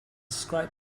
described